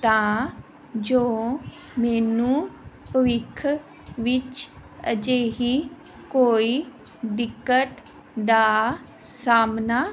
ਤਾਂ ਜੋ ਮੈਨੂੰ ਭਵਿੱਖ ਵਿੱਚ ਅਜਿਹੀ ਕੋਈ ਦਿੱਕਤ ਦਾ ਸਾਹਮਣਾ